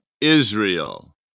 Israel